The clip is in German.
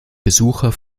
besucher